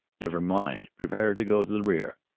never mind prepare to go to the rear.